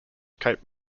cape